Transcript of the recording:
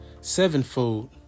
sevenfold